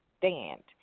stand